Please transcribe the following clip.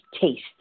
taste